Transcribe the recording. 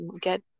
get